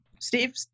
Steve